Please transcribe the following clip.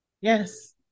Yes